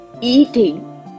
eating